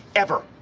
ever.